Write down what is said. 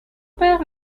père